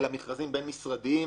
אלא מכרזים בין-משרדיים,